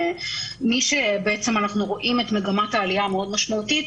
ומי שבעצם אנחנו רואים את מגמת העלייה המאוד משמעותית,